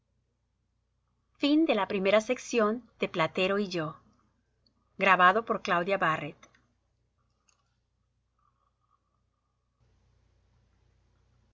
platero y yo